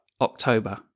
October